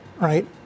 right